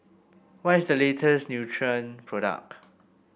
what is the latest Nutren product